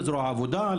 לזרוע העבודה,